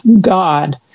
God